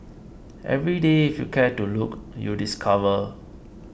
every day if you care to look you discover